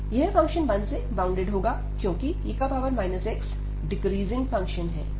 यह फंक्शन 1 से बाउंडेड होगा क्योंकि e x डिक्रीजिंग फंक्शन है